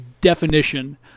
definition